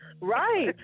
right